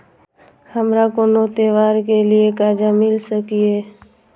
हमारा कोनो त्योहार के लिए कर्जा मिल सकीये?